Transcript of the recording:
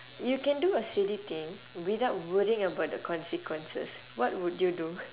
you can do a silly thing without worrying about the consequences what would you do